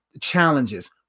challenges